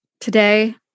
Today